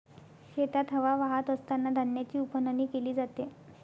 शेतात हवा वाहत असतांना धान्याची उफणणी केली जाते